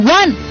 one